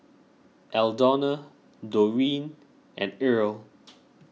Aldona Doreen and Irl